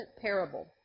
parable